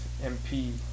MP